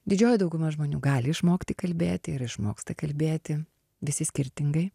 didžioji dauguma žmonių gali išmokti kalbėti ir išmoksta kalbėti visi skirtingai